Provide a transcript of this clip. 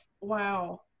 wow